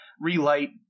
relight